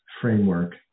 framework